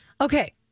Okay